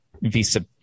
Visa